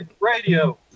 radio